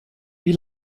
wie